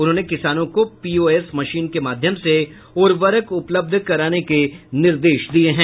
उन्होंने किसानों को पीओएस मशीन के माध्यम से उर्वरक उपलब्ध कराने के निर्देश दिये हैं